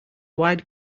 wide